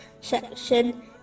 section